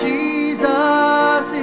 Jesus